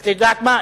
את יודעת מה?